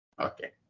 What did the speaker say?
Okay